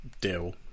deal